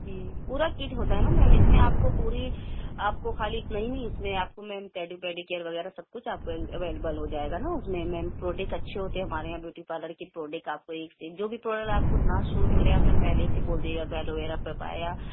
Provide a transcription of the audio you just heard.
جی پورا کٹ ہوتا ہے نہ میم اِس میں آپ کو پوری آپ کو خالی اتنا ہی نہیں اِس میں آپ کو میم ٹیڈی پیڈ کیئر وغیرہ سب کچھ آپ کو اویلیبل ہوجائے گا نہ اُس میں میم پروڈکٹ اچھے ہوتے ہیں ہمارے یہاں بیوٹی پارلر کے پروڈیکٹ آپ کو ایک سے ایک جو بھی پروڈکٹ آپ کو نا سوٹ کرے آپ میم پہلے ہی سے بول دیجیے گا الو ویرا پپایا